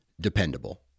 dependable